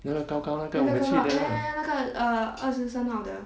ya lah 那个高高那个我们去的 ah